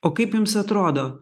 o kaip jums atrodo